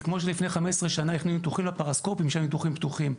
זה כמו שלפני 15 שנה הכניסו ניתוחים לפרוסקופיים כשהיו ניתוחים פתוחים.